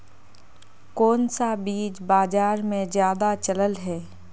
कोन सा बीज बाजार में ज्यादा चलल है?